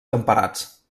temperats